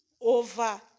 over